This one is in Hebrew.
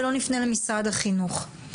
ולא נפנה למשרד החינוך.